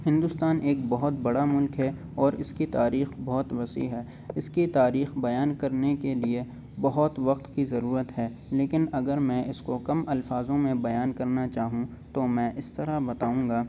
ہندوستان ایک بہت بڑا ملک ہے اور اس کی تاریخ بہت وسیع ہے اس کی تاریخ بیان کرنے کے لیے بہت وقت کی ضرورت ہے لیکن اگر میں اس کو کم الفاظوں میں بیان کرنا چاہوں تو میں اس طرح بتاؤں گا